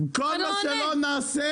עם כל מה שלא נעשה